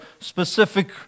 specific